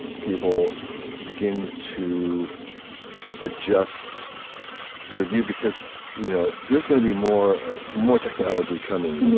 people begin to adjust their view, because you know there's gonna be more more technology coming.